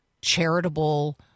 charitable